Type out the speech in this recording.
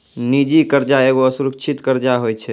निजी कर्जा एगो असुरक्षित कर्जा होय छै